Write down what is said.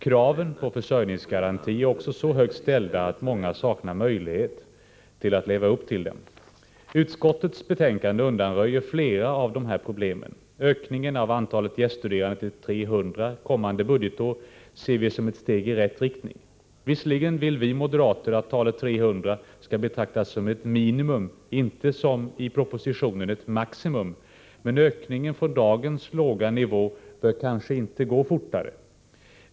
Kraven på försörjningsgaranti är också så högt ställda att många saknar möjlighet att leva upp till dem. Utskottets betänkande undanröjer flera av de här problemen. Ökningen av antalet gäststuderande till 300 kommande budgetår ser vi som ett steg i rätt riktning. Visserligen vill vi moderater att talet 300 skall betraktas som ett minimum — inte som i propositionen ett maximum — men ökningen från dagens låga nivå bör kanske inte gå fortare.